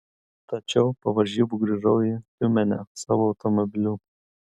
tačiau po varžybų grįžau į tiumenę savo automobiliu